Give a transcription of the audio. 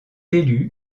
élue